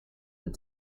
that